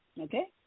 Okay